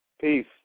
Peace